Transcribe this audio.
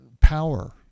power